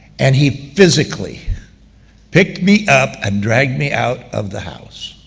and he physically picked me up and dragged me out of the house,